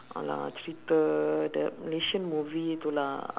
!alah! cerita the malaysian movie pula